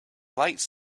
lights